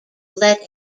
let